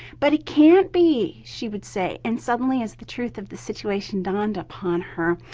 but it can't be! she would say! and suddenly, as the truth of the situation dawned upon her,